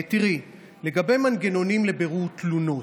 לגבי מנגנונים לבירור תלונות,